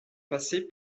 passé